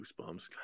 goosebumps